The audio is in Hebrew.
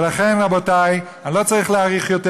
ולכן, רבותי, אני לא צריך להאריך יותר.